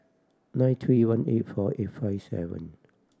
nine three one eight four eight five seven